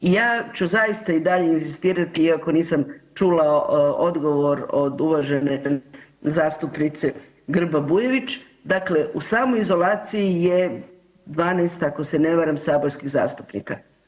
I ja ću zaista i dalje inzistirati iako nisam čula odgovor od uvažene zastupnice Grba Bujević, dakle u samoizolaciji je 12 ako se ne varam saborskih zastupnika.